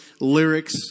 lyrics